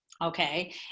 okay